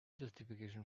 justification